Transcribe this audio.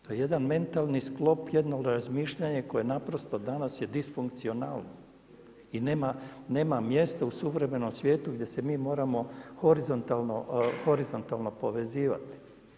To je jedan mentalni sklop, jedno razmišljanje koje naprosto danas je disfunkcionalno i nema mjesta u suvremenom svijetu gdje se mi moramo horizontalno povezivati.